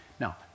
Now